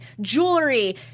jewelry